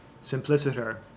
simpliciter